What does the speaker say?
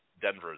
Denver